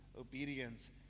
Obedience